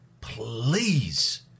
please